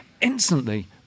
Instantly